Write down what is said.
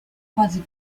fase